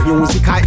music